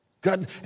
God